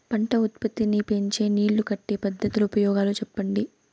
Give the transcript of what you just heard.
పంట ఉత్పత్తి నీ పెంచే నీళ్లు కట్టే పద్ధతుల ఉపయోగాలు చెప్పండి?